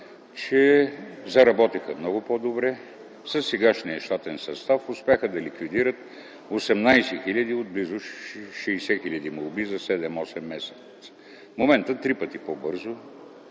че заработиха много по-добре със сегашния щатен състав. Успяха да ликвидират 18 хил. от близо 60 хил. молби за 7-8 месеца. В момента три пъти по-бързо